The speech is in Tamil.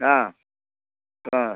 ஆ ஆ